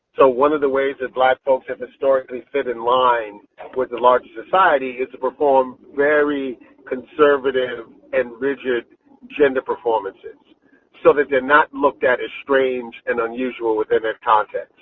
so one of the ways that black folks have historically fit in line with the larger society is to perform very conservative and rigid gender performances so that they're not looked at as strange and unusual within that context.